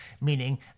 meaning